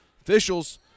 Officials